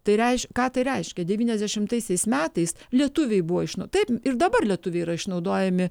tai reiš ką tai reiškia devyniasdešimtaisiais metais lietuviai buvo taip ir dabar lietuviai yra išnaudojami